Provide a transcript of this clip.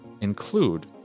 include